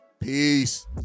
Peace